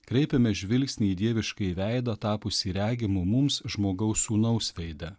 kreipiame žvilgsnį į dieviškąjį veidą tapusį regimu mums žmogaus sūnaus veide